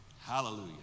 Hallelujah